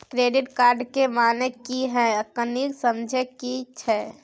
Credit card के माने की हैं, कनी समझे कि छि?